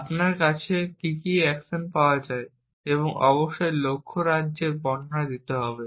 আপনার কাছে কী কী অ্যাকশন পাওয়া যায় এবং অবশ্যই লক্ষ্য রাজ্যের বর্ণনা দিতে হবে